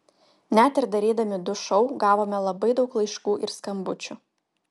net ir darydami du šou gavome labai daug laiškų ir skambučių